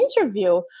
interview